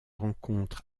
rencontre